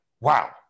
wow